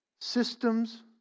systems